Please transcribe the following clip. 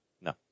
No